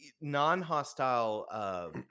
non-hostile